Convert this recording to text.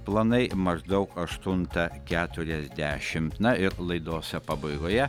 planai maždaug aštuntą keturiasdešimt na ir laidos pabaigoje